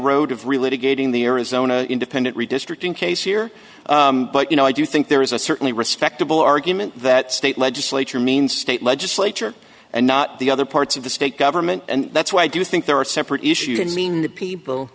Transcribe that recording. road of related gating the arizona independent redistricting case here but you know i do think there is a certainly respectable argument that state legislature means state legislature and not the other parts of the state government and that's why i do think there are separate issues in seeing the people